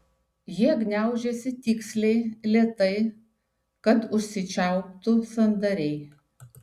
jie gniaužiasi tiksliai lėtai kad užsičiauptų sandariai